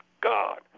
God